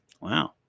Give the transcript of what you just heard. Wow